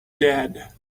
dead